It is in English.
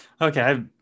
Okay